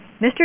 Mr